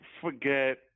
forget